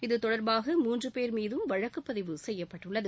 இதுதொடர்பாக மூன்றுபேர் மீதும் வழக்குப் பதிவு செய்யப்பட்டுள்ளது